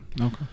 Okay